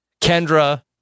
Kendra